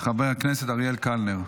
חבר הכנסת אריאל קלנר.